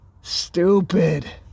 Stupid